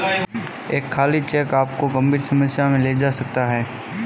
एक खाली चेक आपको गंभीर समस्या में ले जा सकता है